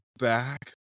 back